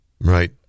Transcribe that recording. Right